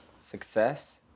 Success